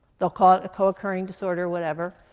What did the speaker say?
they'll call it a co-occurring disorder, whatever.